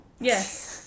Yes